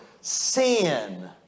sin